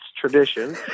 tradition